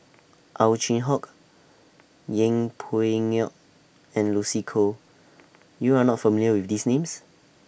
Ow Chin Hock Yeng Pway Ngon and Lucy Koh YOU Are not familiar with These Names